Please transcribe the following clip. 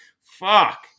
Fuck